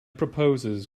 proposes